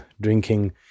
drinking